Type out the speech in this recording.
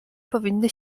powinny